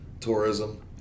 tourism